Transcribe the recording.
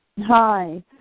Hi